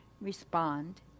respond